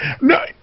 No